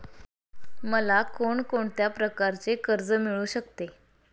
मला कोण कोणत्या प्रकारचे कर्ज मिळू शकते?